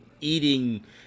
eating